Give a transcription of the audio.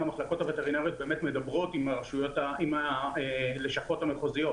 המחלקות הווטרינריות באמת מדברות עם הלשכות המחוזיות.